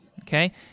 okay